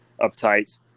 uptight